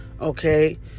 Okay